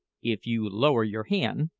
if you lower your hand,